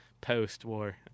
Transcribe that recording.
post-war